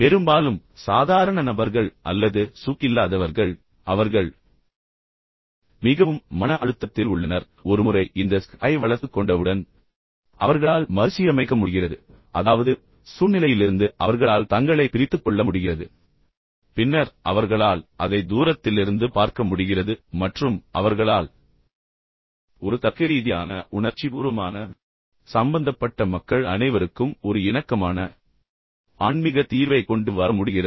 பெரும்பாலும் சாதாரண நபர்கள் அல்லது SQ இல்லாதவர்கள் அவர்கள் ஒரு சூழ்நிலையில் உணர்ச்சிவசப்பட்டு அவர்கள் மிகவும் மன அழுத்தத்தில் உள்ளனர் ஆனால் அவர்கள் ஒரு முறை இந்த ஸ்க் ஐ வளர்த்துக்கொண்டவுடன் அவர்களால் மறுசீரமைக்க முடிகிறது அதாவது சூழ்நிலையிலிருந்து அவர்களால் தங்களை பிரித்துக்கொள்ள முடிகிறது பின்னர் அவர்களால் அதை தூரத்திலிருந்து பார்க்க முடிகிறது மற்றும் அவர்களால் ஒரு தர்க்கரீதியான மற்றும் உணர்ச்சிபூர்வமான மற்றும் சம்பந்தப்பட்ட மக்கள் மக்கள் அனைவருக்கும் ஒரு ஒரு இணக்கமான ஆன்மீகத் தீர்வை கொண்டு வர முடிகிறது